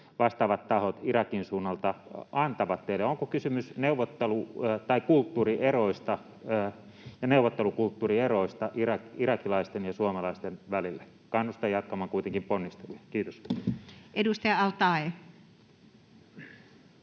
vastaavat tahot Irakin suunnalta antavat teille? Onko kysymys kulttuurieroista ja neuvottelukulttuurieroista irakilaisten ja suomalaisten välillä? Kannustan jatkamaan kuitenkin ponnisteluja. — Kiitos. [Speech 66]